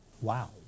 Wow